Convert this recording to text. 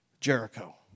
Jericho